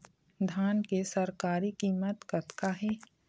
धान के सरकारी कीमत कतका हे?